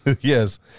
yes